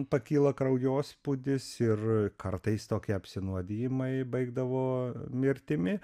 pakyla kraujospūdis ir kartais tokie apsinuodijimai baigdavo mirtimi